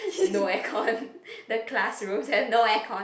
no aircon the classroom has no aircon